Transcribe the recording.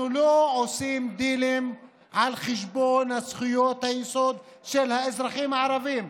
אנחנו לא עושים דילים על חשבון זכויות היסוד של האזרחים הערבים.